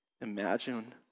Imagine